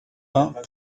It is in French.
vingts